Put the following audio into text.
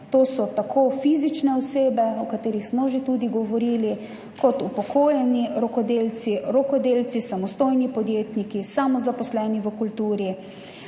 to so tako fizične osebe, o katerih smo že govorili, kot upokojeni rokodelci, rokodelci samostojni podjetniki, samozaposleni v kulturi,